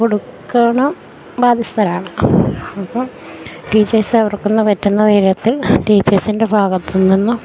കൊടുക്കണം ബാധ്യസ്ഥരാണ് അപ്പം ടീച്ചേഴ്സവർക്കന്നു പറ്റുന്ന വിധത്തിൽ ടീച്ചേഴ്സിൻ്റെ ഭാഗത്ത് നിന്നും